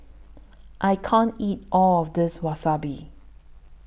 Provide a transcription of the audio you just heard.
I can't eat All of This Wasabi